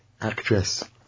actress